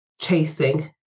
chasing